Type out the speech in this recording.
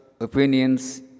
opinions